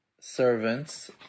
servants